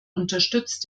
unterstützt